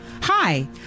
Hi